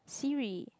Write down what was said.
Siri